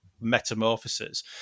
metamorphoses